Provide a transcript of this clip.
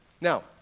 Now